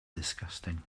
disgusting